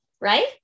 right